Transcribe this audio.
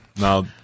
Now